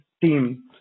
team